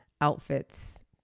outfits